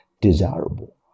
desirable